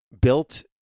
built